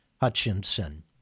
Hutchinson